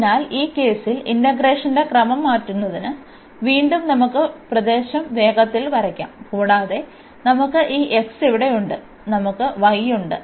അതിനാൽ ഈ കേസിൽ ഇന്റഗ്രേഷന്റെ ക്രമം മാറ്റുന്നതിന് വീണ്ടും നമുക്ക് പ്രദേശം വേഗത്തിൽ വരയ്ക്കാം കൂടാതെ നമുക്ക് ഈ x ഇവിടെയുണ്ട് നമുക്ക് y ഉണ്ട്